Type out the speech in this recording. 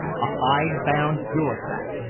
a hide-bound bureaucrat,